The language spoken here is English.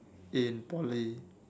in Poly